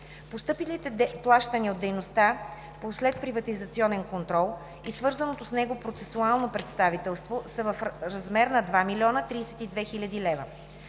Постъпилите плащания от дейността по следприватизационен контрол и свързаното с него процесуално представителство са в размер на 2 032 хил. лв.